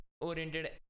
oriented